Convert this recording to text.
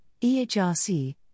EHRC